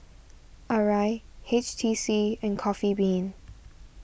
Arai H T C and Coffee Bean